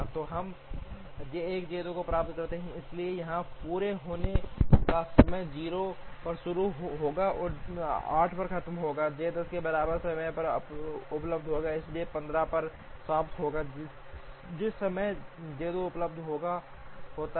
तो हम J 1 J 2 को प्राप्त करते हैं इसलिए यहां पूरा होने का समय 0 पर शुरू होगा और 8 पर खत्म होता है J 1 0 के बराबर समय पर उपलब्ध होता है इसलिए 15 पर समाप्त होता है जिस समय J 2 उपलब्ध होता है